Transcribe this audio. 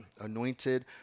anointed